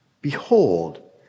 Behold